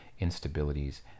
instabilities